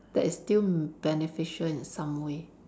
that is still beneficial in some way